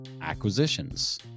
acquisitions